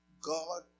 God